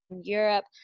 Europe